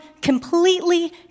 completely